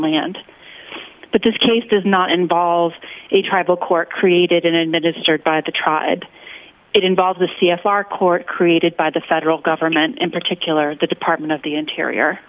land but this case does not involve a tribal court created in administered by the triad it involves a c f r court created by the federal government in particular the department of the interior